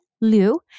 Liu